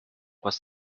was